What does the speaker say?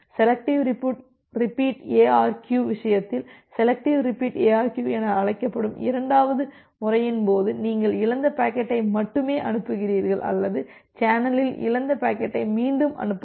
selective repeat ARQ விஷயத்தில் selective repeat ARQ என அழைக்கப்படும் இரண்டாவது முறையின் போது நீங்கள் இழந்த பாக்கெட்டை மட்டுமே அனுப்புகிறீர்கள் அல்லது சேனலில் இழந்த பாக்கெட்டை மீண்டும் அனுப்பவும்